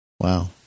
Wow